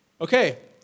okay